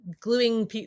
gluing